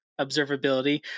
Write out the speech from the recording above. observability